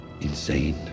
insane